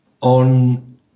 on